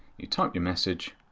you type your message.